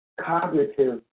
cognitive